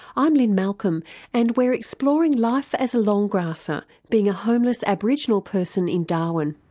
i'm lynne malcolm and we're exploring life as a long grasser, being a homeless aboriginal person in darwin.